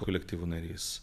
kolektyvo narys